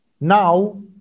now